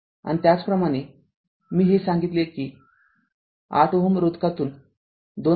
आणि त्याचप्रमाणेमी हे सांगितले आहे की ८Ω रोधकातून २